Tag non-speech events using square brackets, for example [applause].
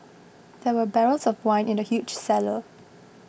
there were barrels of wine in the huge cellar [noise]